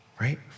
right